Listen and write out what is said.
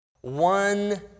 One